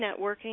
networking